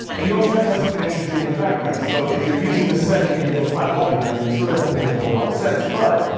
and you also have to have something interesting in the background. so, if you're using this setting and you have a flat wall behind you, it's really not gonna make a whole lotta sense, but,